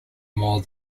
more